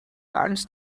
angst